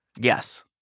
Yes